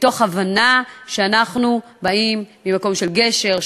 מתוך הבנה שאנחנו באים ממקום של גשר,